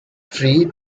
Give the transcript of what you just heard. free